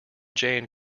jane